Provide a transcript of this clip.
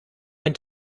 ein